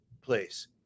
place